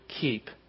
keep